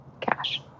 cash